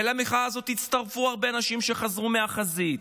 ולמחאה הזאת יצטרפו הרבה אנשים שיחזרו מהחזית,